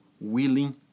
willing